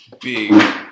big